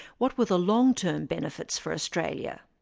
what were the long-term benefits for australia?